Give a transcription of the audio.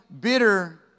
bitter